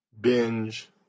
binge